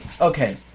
Okay